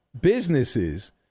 businesses